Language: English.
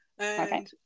okay